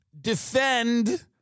defend